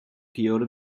kyoto